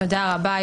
תודה רבה,